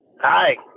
Hi